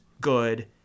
good